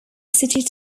city